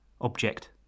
object